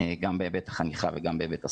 גם בהיבט החניכה וגם בהיבט השכר,